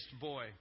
boy